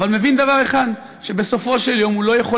אבל מבין דבר אחד: בסופו של יום הוא לא יכול